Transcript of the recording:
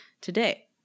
today